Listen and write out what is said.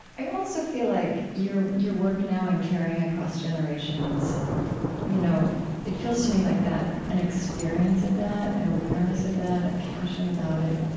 i also feel like your your work now, in caring across generations you know it feels to me like an experience of that, an awareness of that, a passion about it,